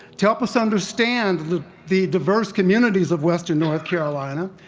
to help us understand the the diverse communities of western north carolina,